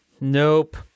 nope